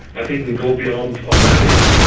i think we go beyond our mandate.